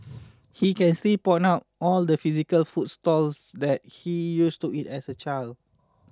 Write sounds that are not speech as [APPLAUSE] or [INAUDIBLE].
[NOISE] he can still point out all the physical food stalls that he used to eat as a child